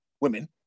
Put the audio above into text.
women